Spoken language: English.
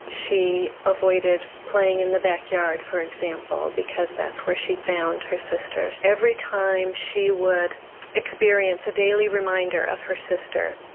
she avoided playing in the backyard, for example, because that's where she found her sister. every time she would experience a daily reminder of her sister,